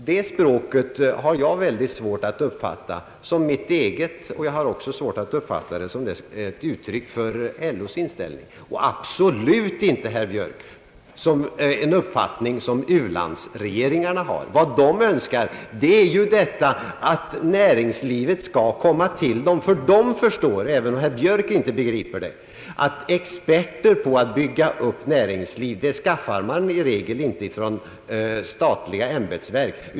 Det språket har jag mycket svårt att uppfatta som mitt eget, och inte heller kan jag uppfatta det som ett utiryck för LO:s inställning och absolut inte, herr Björk, som en uppfattning hos regeringarna i u-länderna. Vad dessa regeringar önskar är att näringslivet skall etablera sig i u-länderna. Ty där förstår man även om herr Björk inte förstår det — att experter på att bygga upp ett näringsliv skaffar man i regel inte från statliga ämbetsverk.